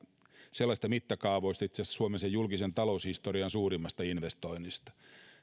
sellaisista mittakaavoista itse asiassa suomen julkisen talouden historian suurimmasta investoinnista